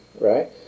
right